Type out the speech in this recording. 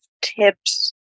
tips